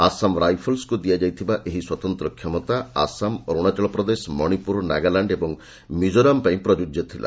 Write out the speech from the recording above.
ଆସାମ ରାଇଫଲ୍ସ୍କୁ ଦିଆଯାଇଥିବା ଏହି ସ୍ୱତନ୍ତ୍ର କ୍ଷମତା ଆସାମ ଅରୁଣାଚଳ ପ୍ରଦେଶ ମଣିପୁର ନାଗାଲ୍ୟାଣ୍ଡ ଓ ମିକୋରାମ ପାଇଁ ପ୍ରଯୁଜ୍ୟ ଥିଲା